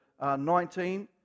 19